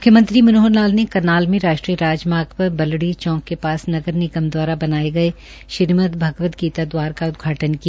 मुख्यमंत्री मनोहर लाल ने करनाल में राष्ट्रीय राजमार्ग पर बलड़ी चौंक के पास नगर निगम दवारा बनाए गए श्रीमदभगवदगीता दवार का उदघाटन किया